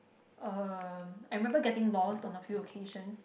um I remember getting lost on a few ocassions